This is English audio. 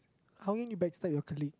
how can you backstab your colleague